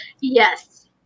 yes